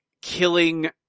killing